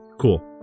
cool